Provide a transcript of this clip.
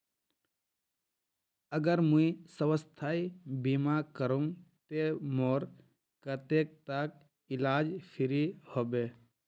अगर मुई स्वास्थ्य बीमा करूम ते मोर कतेक तक इलाज फ्री होबे?